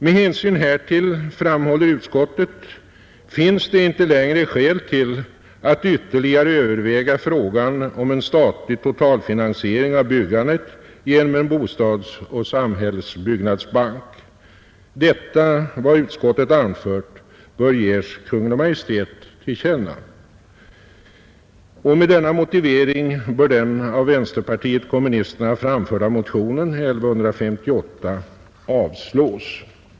”Med hänsyn härtill”, framhåller utskottet, ”finns det inte skäl att ytterligare överväga frågan om en statlig totalfinansiering av byggandet genom en bostadsoch samhällsbyggnadsbank. Vad utskottet sålunda anfört bör ges Kungl. Maj:t till känna.” Med den motiveringen avstyrker utskottet den av vänsterpartiet kommunisterna framförda motionen 1158.